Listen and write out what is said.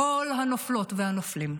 כל הנופלות והנופלים,